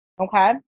okay